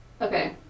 Okay